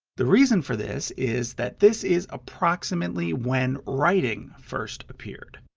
the reason for this is that this is approximately when writing first appeared.